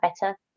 better